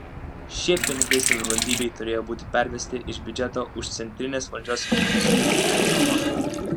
šie pinigai savivaldybei turėjo būti pervesti iš biudžeto už centrinės valdžios funkcijų perėmimą